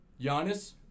Giannis